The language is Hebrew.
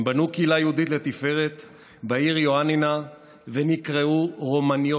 הם בנו קהילה יהודית לתפארת בעיר יואנינה ונקראו רומַנְיוטס.